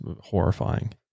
horrifying